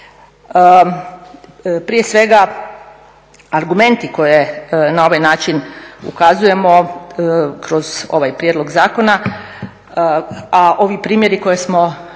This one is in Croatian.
Prije svega argumenti koje na ovaj način ukazujemo kroz ovaj prijedlog zakona a ovi primjeri koje smo,